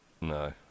No